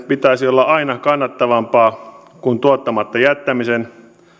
pitäisi olla aina kannattavampaa kuin tuottamatta jättämisen